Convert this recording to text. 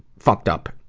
fucked up.